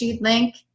link